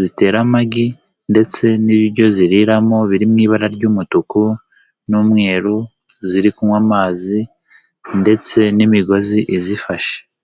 zitera amagi ndetse n'ibiryo ziriramo biri mu ibara ry'umutuku n'umweru. Ziri kunywa amazi ndetse n'imigozi izifashe.